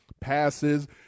passes